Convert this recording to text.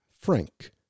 Frank